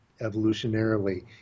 evolutionarily